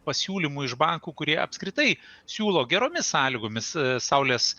pasiūlymų iš bankų kurie apskritai siūlo geromis sąlygomis saulės